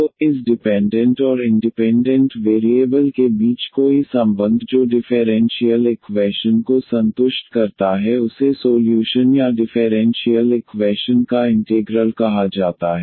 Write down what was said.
तो इस डिपेंडेंट और इंडिपेंडेंट वेरिएबल के बीच कोई संबंध जो डिफेरेंशीयल इक्वैशन को संतुष्ट करता है उसे सोल्यूशन या डिफेरेंशीयल इक्वैशन का इन्टेग्रल कहा जाता है